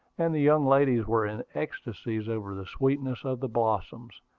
and the young ladies were in ecstasies over the sweetness of the blossoms,